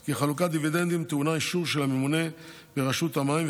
כי חלוקת דיבידנדים טעונה אישור של הממונה ברשות המים,